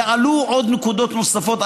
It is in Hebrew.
יעלו עוד נקודות נוספות,